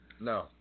No